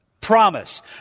Promise